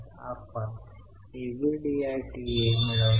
तर मी ज्या गुंतवणूक करतोय त्या वस्तू घ्या आणि त्या येथे ठेवा